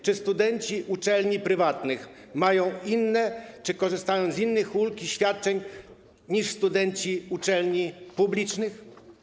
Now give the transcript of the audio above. Czy studenci uczelni prywatnych korzystają z innych ulg i świadczeń niż studenci uczelni publicznych?